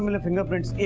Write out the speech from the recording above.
um and fingerprints